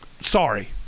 Sorry